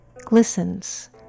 glistens